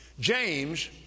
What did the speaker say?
James